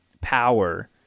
power